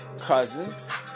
cousins